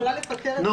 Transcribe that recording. זה כולל את מי שבחל"ת?